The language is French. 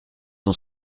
ont